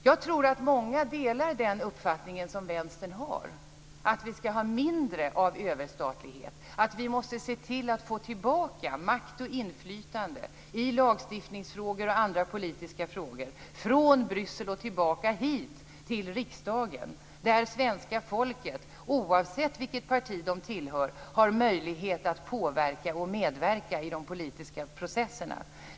Jag tror att många delar den uppfattning som Vänstern har, att vi skall ha mindre av överstatlighet, att vi måste se till att få tillbaka makt och inflytande i lagstiftningsfrågor och andra politiska frågor från Bryssel och hit till riksdagen, där svenska folket, oavsett vilket parti de tillhör, har möjlighet att påverka och medverka i de politiska processerna.